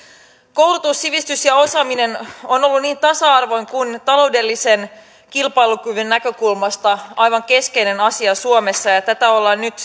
koulutus sivistys ja osaaminen ovat olleet niin tasa arvon kuin taloudellisen kilpailukyvyn näkökulmasta aivan keskeinen asia suomessa ja ja tätä perustaa ollaan nyt